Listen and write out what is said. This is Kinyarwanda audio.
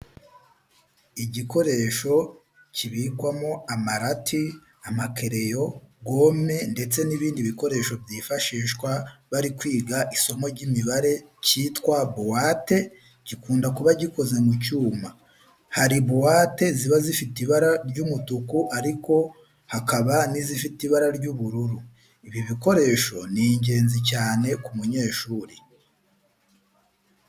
Igikoresho kibikwamo amarati, amakereyo, gome ndetse n'ibindi bikoresho byifashihswa bari kwiga isomo ry'imibare cyitwa buwate, gikunda kuba gikoze mu cyuma. Hari buwate ziba zifite ibara ry'umutuku ariko hakaba n'izifite ibara ry'ubururu. Ibi bikoresho ni ingenzi cyane ku munyeshuri.